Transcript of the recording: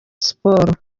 siporo